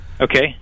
Okay